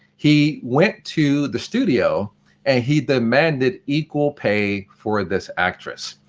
he went to the studio and he demanded equal pay for this actress.